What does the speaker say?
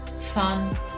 fun